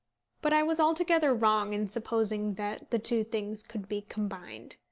but i was altogether wrong in supposing that the two things could be combined.